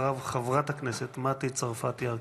אחריו, חברת הכנסת מטי צרפתי הרכבי.